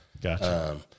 Gotcha